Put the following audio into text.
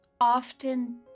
Often